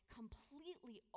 completely